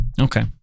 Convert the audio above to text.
Okay